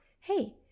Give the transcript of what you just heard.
Hey